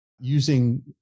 using